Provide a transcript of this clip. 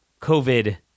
COVID